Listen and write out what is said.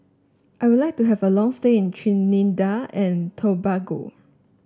I would like to have a long stay in Trinidad and Tobago